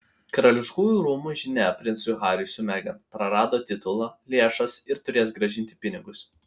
karališkųjų rūmų žinia princui hariui su megan prarado titulą lėšas ir turės grąžinti pinigus